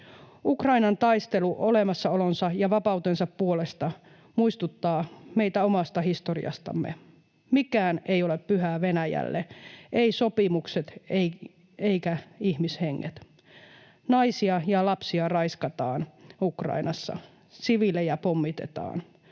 Ukrainan taistelu olemassaolonsa ja vapautensa puolesta muistuttaa meitä omasta historiastamme. Mikään ei ole pyhää Venäjälle, eivät sopimukset eivätkä ihmishenget. Naisia ja lapsia raiskataan Ukrainassa, siviilejä pommitetaan.